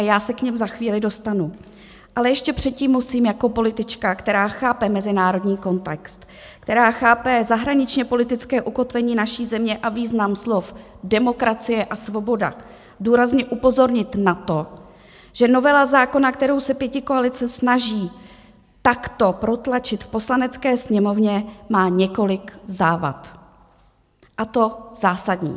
Já se k nim za chvíli dostanu, ale ještě předtím musím jako politička, která chápe mezinárodní kontext, která chápe zahraničněpolitické ukotvení naší země a význam slov demokracie a svoboda, důrazně upozornit na to, že novela zákona, kterou se pětikoalice snaží takto protlačit v Poslanecké sněmovně, má několik závad, a to zásadních.